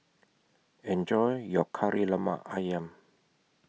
Enjoy your Kari Lemak Ayam